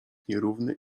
nierówny